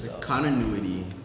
Continuity